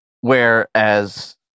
Whereas